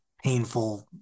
Painful